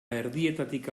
erdietatik